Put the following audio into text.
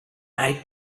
eye